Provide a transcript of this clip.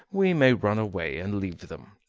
we may run away, and leave them,